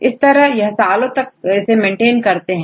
इस तरह यह सालों तक इसे मेंटेन करते हैं